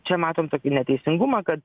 čia matom tokį neteisingumą kad